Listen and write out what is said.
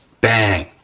bang,